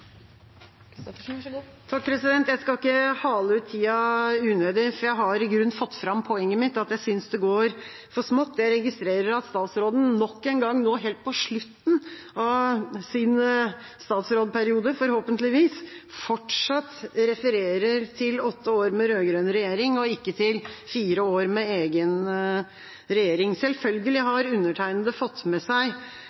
Jeg skal ikke hale ut tida unødig. Jeg har i grunnen fått fram poenget mitt – at jeg synes det går for smått. Jeg registrerer at statsråden nok en gang nå helt på slutten av sin statsrådperiode – forhåpentligvis – fortsatt refererer til åtte år med rød-grønn regjering og ikke til fire år med egen regjering. Selvfølgelig